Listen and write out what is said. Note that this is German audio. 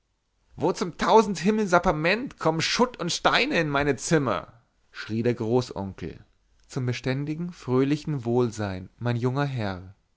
wo zum tausend himmel sapperment kommen schutt und steine in meine zimmer schrie der großonkel zum beständigen fröhlichen wohlsein mein junger herr